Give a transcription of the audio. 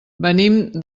venim